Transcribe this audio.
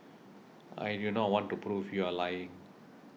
I do not want to prove you are lying